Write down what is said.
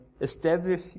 establish